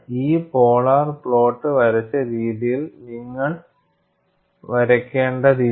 ഈ polar plot വരച്ച രീതിയിൽ നിങ്ങൾ വരയ്ക്കേണ്ടതില്ല